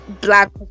black